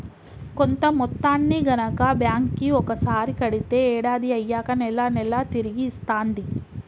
కొంత మొత్తాన్ని గనక బ్యాంక్ కి ఒకసారి కడితే ఏడాది అయ్యాక నెల నెలా తిరిగి ఇస్తాంది